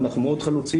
אנחנו מאוד חלוציים,